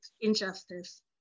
injustice